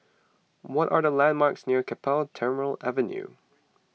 what are the landmarks near Keppel Terminal Avenue